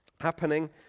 happening